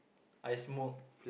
I smoke